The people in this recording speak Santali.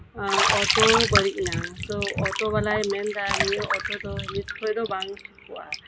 ᱚᱴᱳ ᱵᱟᱹᱲᱤᱡ ᱮᱱᱟ ᱛᱚ ᱚᱴᱳ ᱵᱟᱞᱟᱭ ᱢᱮᱱ ᱮᱫᱟ ᱱᱤᱭᱟᱹ ᱚᱴᱳ ᱫᱚ ᱱᱤᱛᱠᱷᱚᱱ ᱫᱚ ᱵᱟᱝ ᱴᱷᱤᱠᱚᱜᱼᱟ